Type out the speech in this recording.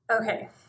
Okay